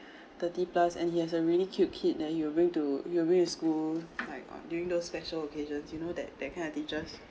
thirty plus and he has a really cute kid that he will bring to he will bring to school like on during those special occasions you know that that kind of teachers